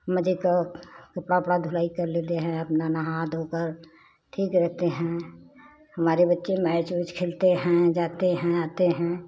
मुझे तो कपड़ा उपड़ा धुलाई कर लेते हैं अपना नहा धो कर ठीक रहते हैं हमारे बच्चे मैच उच खेलते हैं जाते है आते हैं